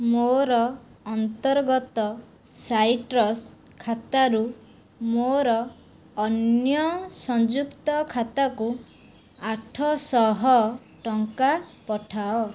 ମୋର ଅନ୍ତର୍ଗତ ସାଇଟ୍ରସ୍ ଖାତାରୁ ମୋର ଅନ୍ୟ ସଂଯୁକ୍ତ ଖାତାକୁ ଆଠଶହ ଟଙ୍କା ପଠାଅ